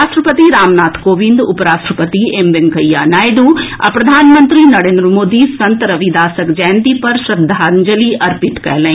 राष्ट्रपति रामनाथ कोविंद उपराष्ट्रपति एम वेंकैया नायडू आ प्रधानमंत्री नरेन्द्र मोदी संत रविदासक जयंती पर श्रद्धांजलि अर्पित कयलनि